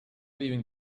leaving